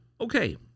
Okay